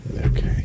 Okay